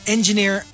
Engineer